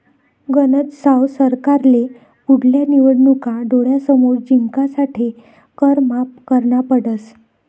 गनज साव सरकारले पुढल्या निवडणूका डोळ्यासमोर जिंकासाठे कर माफ करना पडस